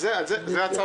זה הצו